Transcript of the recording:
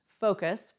focus